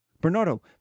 Bernardo